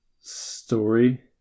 story